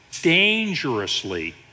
dangerously